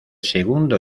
segundo